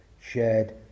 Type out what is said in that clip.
shared